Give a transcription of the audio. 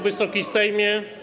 Wysoki Sejmie!